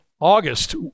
August